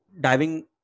diving